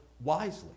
wisely